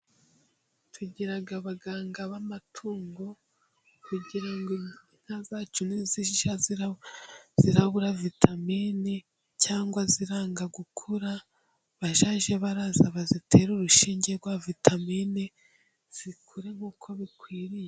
Tugira abaganga b'amatungo, kugira ngo inka zacu nizijya zirabura vitamine cyangwa ziranga gukura, bazajye baraza bazitere urushinge rwa vitamine, zikure nkuko bikwiriye.